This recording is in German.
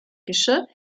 geschirr